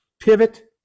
Pivot